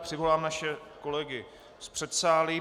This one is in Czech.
Přivolám naše kolegy z předsálí.